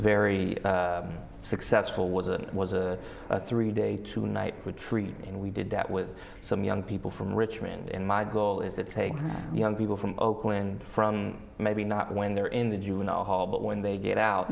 very successful was it was a three day tonight retreat and we did that with some young people from richmond and my goal is to take young people from oakland from maybe not when they're in the juvenile hall but when they get out